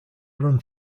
run